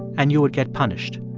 and you would get punished.